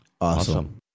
Awesome